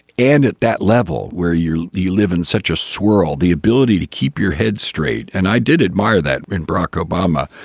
and at that level where you you live in such a swirl the ability to keep your head straight. and i did admire that in barack obama.